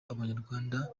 abanyarwanda